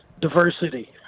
diversity